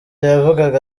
yavugaga